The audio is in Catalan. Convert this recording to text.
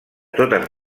totes